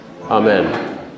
Amen